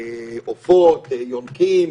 עופות, יונקים,